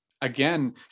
again